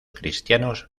cristianos